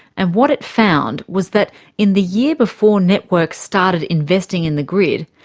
and what it found was that in the year before networks started investing in the grid,